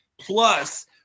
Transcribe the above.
Plus